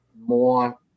more